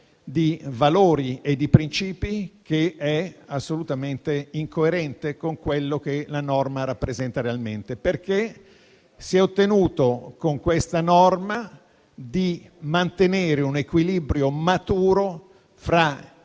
di valori e di principi assolutamente incoerente con quello che la norma rappresenta realmente. Si è ottenuto, con questa norma, di mantenere un equilibrio maturo fra